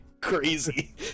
crazy